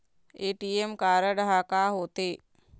ATM card हा का होते?